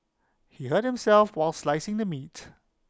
he hurt himself while slicing the meat